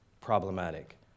problematic